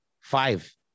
five